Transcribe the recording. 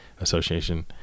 association